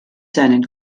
seinen